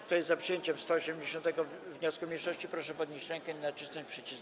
Kto jest za przyjęciem 180. wniosku mniejszości, proszę podnieść rękę i nacisnąć przycisk.